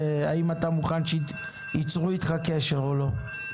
האם אתה מוכן שיצרו איתך קשר או לא.